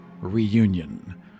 Reunion